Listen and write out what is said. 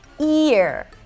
Ear